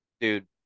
Dude